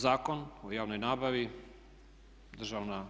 Zakon o javnoj nabavi, državna